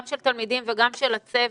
גם של תלמידים וגם של הצוות,